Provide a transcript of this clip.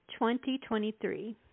2023